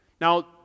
Now